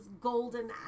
golden